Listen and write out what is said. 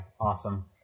awesome